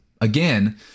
Again